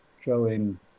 showing